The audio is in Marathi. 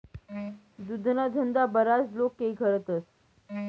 दुधना धंदा बराच लोके करतस